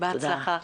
תודה.